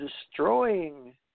destroying